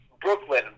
Brooklyn